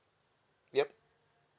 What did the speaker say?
ya